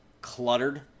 cluttered